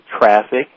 traffic